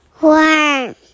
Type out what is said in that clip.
Warm